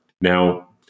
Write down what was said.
Now